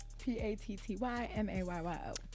P-A-T-T-Y-M-A-Y-Y-O